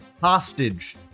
hostage